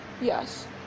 yes